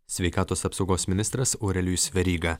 sveikatos apsaugos ministras aurelijus veryga